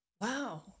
wow